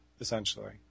essentially